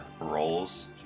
roles